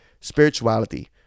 Spirituality